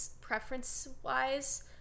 preference-wise